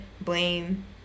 blame